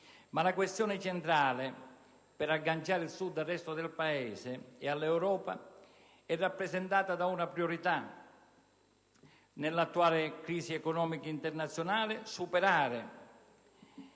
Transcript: Ma la questione centrale, per agganciare il Sud al resto del Paese e all'Europa, è rappresentata da una priorità nell'attuale crisi economica internazionale: superare